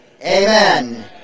amen